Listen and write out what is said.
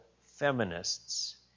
feminists